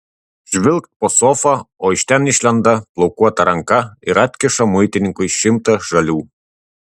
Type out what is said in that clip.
žvilgt po sofa o iš ten išlenda plaukuota ranka ir atkiša muitininkui šimtą žalių